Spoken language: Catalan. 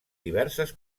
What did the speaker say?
diverses